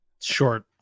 short